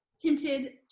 tinted